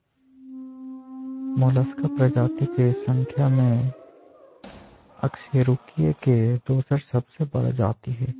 Mollusca प्रजाति के संख्या में अकशेरूकीय के दोसर सबसे बड़ा जाति हइ